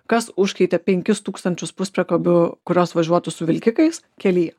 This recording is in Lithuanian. kas užkeitė penkis tūkstančius puspriekabių kurios važiuotų su vilkikais kelyje